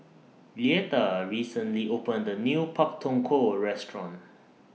Leatha recently opened A New Pak Thong Ko Restaurant